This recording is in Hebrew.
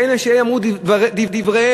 ואלה שאמרו את דבריהם,